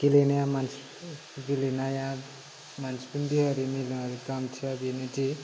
गेलेनाया गेलेनाया मानसिफोरनि मोजां आरो गाहामथियारि